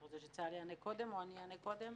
אתה רוצה שצה"ל יענה קודם או אני אענה קודם?